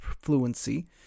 fluency